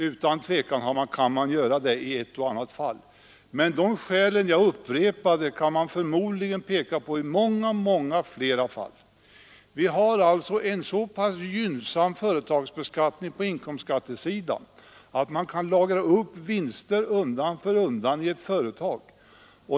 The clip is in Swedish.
Utan tvivel kan man göra det i ett och annat fall, men de skäl som jag räknade upp kan man förmodligen peka på i många, många flera fall. Vi har en så pass gynnsam företagsbeskattning på inkomstskattesidan att man kan lagra upp vinster undan för undan i ett företag.